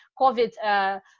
COVID